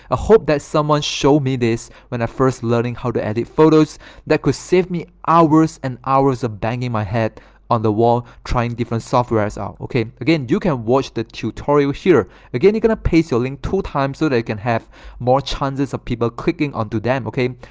ah hope that someone showed me this when i first learning how to edit photos that could save me hours and hours of banging my head on the wall trying different software's out. okay again, you can watch the tutorial here again you're gonna paste your link two times so they can have more chances of people clicking onto them. okay,